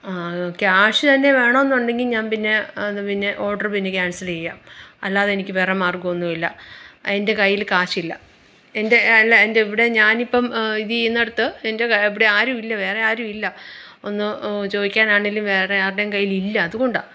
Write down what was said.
ആ ക്യാഷന്നെ വേണമെന്നുണ്ടെങ്കില് ഞാന് പിന്നെ അത് പിന്നെ ഓർഡർ പിന്നെ ക്യാൻസലെയ്യാ അല്ലാതെനിക്ക് വേറെ മാർഗ്ഗമൊന്നുമില്ല എൻ്റെ കയ്യിൽ കാശില്ലാ എൻ്റെ അല്ല എൻ്റെ ഇവിടെ ഞാനിപ്പോള് ഇതീന്നടുത്ത് എൻ്റെ ക ഇവിടെ ആരുമില്ല വേറെ ആരുമില്ല ഒന്ന് ചോദിക്കാനാണേലും വേറെ ആരുടെയും കയ്യിലില്ല അതുകൊണ്ടാണ്